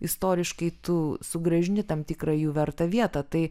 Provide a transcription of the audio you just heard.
istoriškai tu sugrąžini tam tikrą jų vertą vietą tai